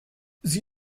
sie